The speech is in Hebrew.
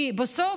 כי בסוף,